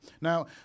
Now